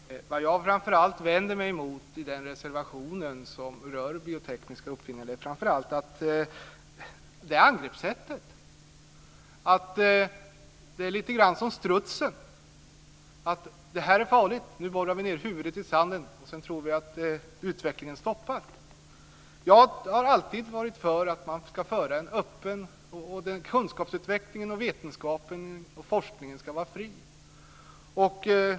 Herr talman! Vad jag framför allt vänder mig emot i den reservation som rör biotekniska uppfinningar är angreppssättet. Det är lite grann som med strutsen: Det här är farligt, så nu borrar vi huvudet i sanden och tror sedan att utvecklingen är stoppad. Jag har alltid varit för att kunskapsutvecklingen, vetenskapen och forskningen ska vara fri.